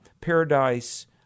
paradise